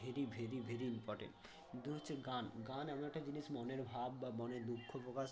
very very very important কিন্তু হচ্ছে গান গান এমন একটা জিনিস মনের ভাব বা মনের দুঃখ প্রকাশ